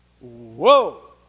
Whoa